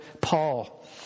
Paul